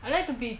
I like to be